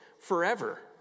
forever